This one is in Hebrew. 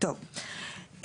טוב,